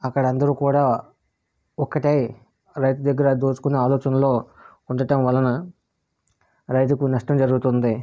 అక్కడ అందరూ కూడా ఒక్కటై రైతు దగ్గర దోచుకుని ఆలోచనలో ఉండటం వలన రైతుకు నష్టం జరుగుతుంది